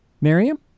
Miriam